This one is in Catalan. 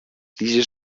tiges